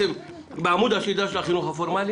בעמוד השדרה של החינוך הפורמלי,